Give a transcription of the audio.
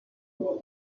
deux